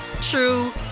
true